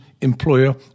employer